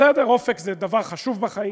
בסדר, אופק זה דבר חשוב בחיים,